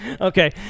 Okay